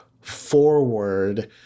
forward